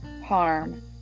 harm